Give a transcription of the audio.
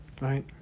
right